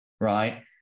right